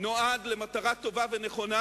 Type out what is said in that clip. נועד למטרה טובה ונכונה,